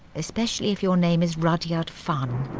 especially if your name is rudyard funn.